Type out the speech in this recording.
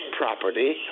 property